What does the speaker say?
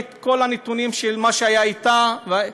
את כל הנתונים על מה שהיה אתה בבדיקה.